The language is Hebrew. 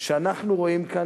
שאנחנו רואים כאן,